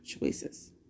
choices